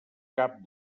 cap